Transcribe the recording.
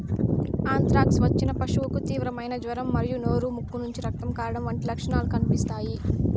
anthrax వచ్చిన పశువుకు తీవ్రమైన జ్వరం మరియు నోరు, ముక్కు నుంచి రక్తం కారడం వంటి లక్షణాలు కనిపిస్తాయి